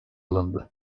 alındı